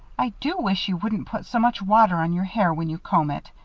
i do wish you wouldn't put so much water on your hair when you comb it.